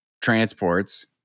transports